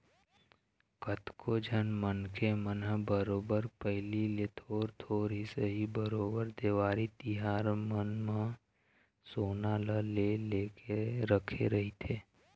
कतको झन मनखे मन ह बरोबर पहिली ले थोर थोर ही सही बरोबर देवारी तिहार मन म सोना ल ले लेके रखे रहिथे